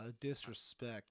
disrespect